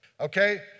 Okay